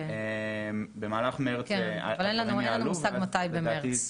כן, אבל אין לנו מושג מתי במרץ.